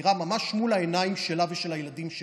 דקירה ממש מול העיניים שלה ושל הילדים שלה.